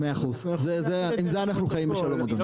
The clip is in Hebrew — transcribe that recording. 100%, עם זה אנחנו חיים בשלום, אדוני.